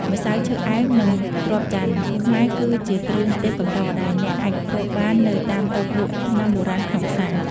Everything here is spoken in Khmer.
ម្សៅឈើអែម និងគ្រាប់ចន្ទន៍ខ្មែរ គឺជាគ្រឿងទេសកម្រដែលអ្នកអាចរកបាននៅតាមតូបលក់ថ្នាំបុរាណក្នុងផ្សារ។